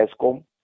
ESCOM